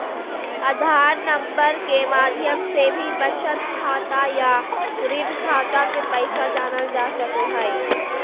आधार number के माध्यम से भी बचत खाता या ऋण खाता के पैसा जानल जा सको हय